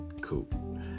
Cool